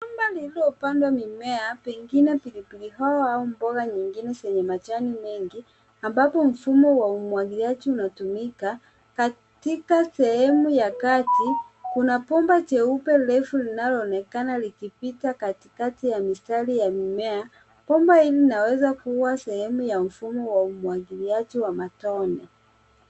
Shama lililopandwa mimea pengine pilipili hoho au mboga nyingine zenye majani mengi ambapo mfumo wa umwagiliaji unatumika katika sehemu ya kati. Kuna bomba jeupe refu linaloonekana likipita katikati ya mistari ya mimea. Bomba hili linaweza kuwa sehemu ya mfumo wa umwagiliaji wa matone.